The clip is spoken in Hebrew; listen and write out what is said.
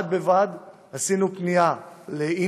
בד בבד עם זה פנינו לאינטל,